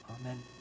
Amen